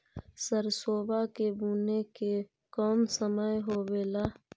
सरसोबा के बुने के कौन समय होबे ला?